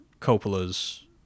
Coppola's